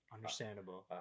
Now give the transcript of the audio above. Understandable